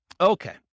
Okay